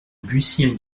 lucien